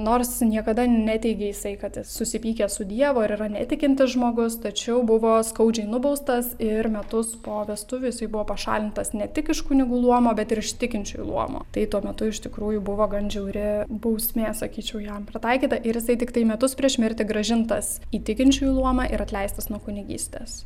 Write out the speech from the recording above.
nors niekada neteigė jisai kad jis susipykę su dievu ar yra netikintis žmogus tačiau buvo skaudžiai nubaustas ir metus po vestuvių jisai buvo pašalintas ne tik iš kunigų luomo bet iš tikinčiųjų luomo tai tuo metu iš tikrųjų buvo gan žiauri bausmė sakyčiau jam pritaikyta ir jisai tiktai metus prieš mirtį grąžintas į tikinčiųjų luomą ir atleistas nuo kunigystės